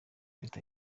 leta